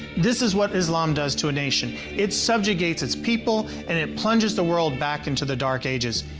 this is what islam does to a nation it subjugates its people and it plunges the world back into the dark ages.